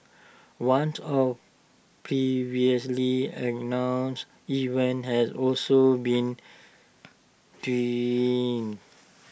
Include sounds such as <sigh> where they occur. <unintelligible> of previously announced events has also been <unintelligible>